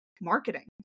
marketing